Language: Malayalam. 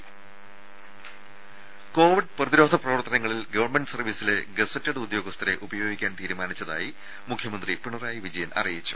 ദരദ കോവിഡ് പ്രതിരോധ പ്രവർത്തനങ്ങളിൽ ഗവണ്മെന്റ് സർവീസിലെ ഗസറ്റഡ് ഉദ്യോഗസ്ഥരെ ഉപയോഗിക്കാൻ തീരുമാനിച്ചതായി മുഖ്യമന്ത്രി പിണറായി വിജയൻ അറിയിച്ചു